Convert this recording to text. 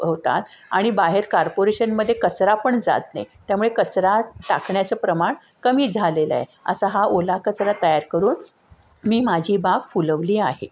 होतात आणि बाहेर कार्पोरेशनमध्ये कचरा पण जात नाही त्यामुळे कचरा टाकण्याचं प्रमाण कमी झालेलं आहे असा हा ओला कचरा तयार करून मी माझी बाग फुलवली आहे